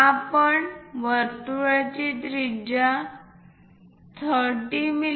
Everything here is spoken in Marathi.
आपण वर्तुळाची त्रिज्या 30 मि